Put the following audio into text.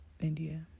India